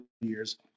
years